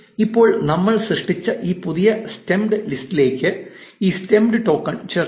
ഇപ്പോൾ നമ്മൾ സൃഷ്ടിച്ച ഈ പുതിയ സ്റ്റെംഡ് ലിസ്റ്റിലേക്ക് ഈ സ്റ്റെംഡ് ടോക്കൺ ചേർക്കാം